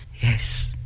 Yes